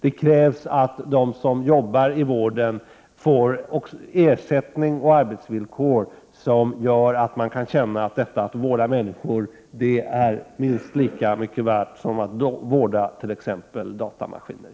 Det krävs att de som arbetar i vården får ersättning och arbetsvillkor som gör att de känner att detta med att vårda människor är minst lika mycket värt som att vårda t.ex. datamaskiner.